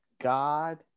God